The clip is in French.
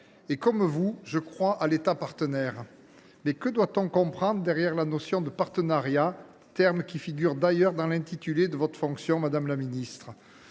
Comme vous, je crois à l’État partenaire. Mais que doit on comprendre derrière la notion de partenariat, terme qui figure d’ailleurs dans l’intitulé de votre fonction ? Selon le,